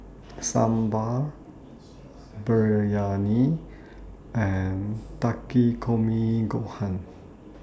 Sambar Biryani and Takikomi Gohan